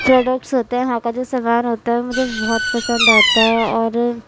products ہوتے ہیں وہاں کا جو سامان ہوتا ہے وہ مجھے بہت پسند آتا ہے اور